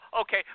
Okay